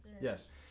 yes